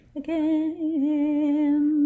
again